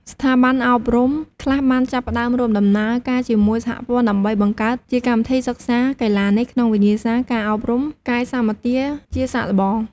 ស្ថាប័នអប់រំខ្លះបានចាប់ផ្តើមរួមដំណើរការជាមួយសហព័ន្ធ ដើម្បីបង្កើតជាកម្មវិធីសិក្សាកីឡានេះក្នុងវិញ្ញាសាការអប់រំកាយសម្បទាជាសាកល្បង។